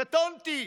קטונתי.